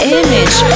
image